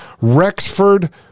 rexford